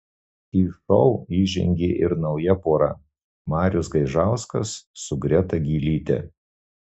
į šou įžengė ir nauja pora marius gaižauskas su greta gylyte